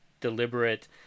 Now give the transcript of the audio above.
deliberate